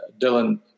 Dylan